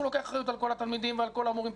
לוקח אחריות על כל התלמידים ועל כל המורים.